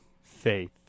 faith